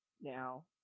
now